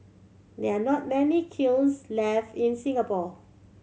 there are not many kilns left in Singapore